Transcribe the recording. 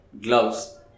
gloves